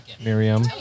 Miriam